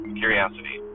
curiosity